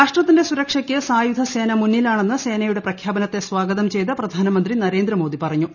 രാഷ്ട്രത്തിന്റെ സുരക്ഷയ്ക്ക് സായുധസേന മുന്നിലാണെന്ന് സേനയുടെ പ്രഖ്യാപനത്തെ സ്വാഗതം ചെയ്ത പ്രധാനമന്ത്രി നരേന്ദ്രമോദി പറഞ്ഞു